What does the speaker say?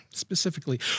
Specifically